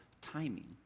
timing